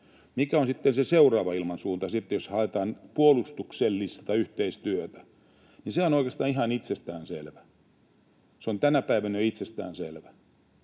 Mikä on se seuraava ilmansuunta sitten, jos haetaan puolustuksellista yhteistyötä, sehän on oikeastaan ihan itsestäänselvää — se on tänä päivänä jo itsestäänselvää